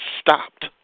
stopped